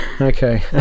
okay